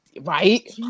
Right